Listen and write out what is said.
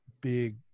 big